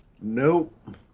Nope